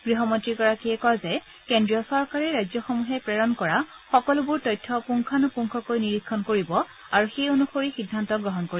গৃহমন্ত্ৰীগৰাকীয়ে কয় যে কেন্দ্ৰীয় চৰকাৰে ৰাজ্যসমূহে প্ৰেৰণ কৰা সকলোবোৰ তথ্য পুংখানুপুংখকৈ নিৰীক্ষণ কৰিব আৰু সেই অনুসৰি সিদ্ধান্ত গ্ৰহণ কৰিব